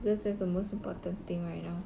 because that's the most important thing right now